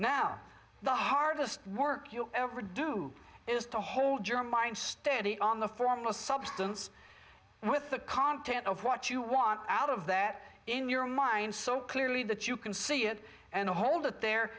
now the hardest work you'll ever do is to hold your mind steady on the formless substance with the content of what you want out of that in your mind so clearly that you can see it and hold it there